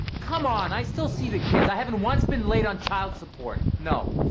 come on. i still see the kids. i haven't once been late on child support. no.